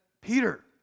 Peter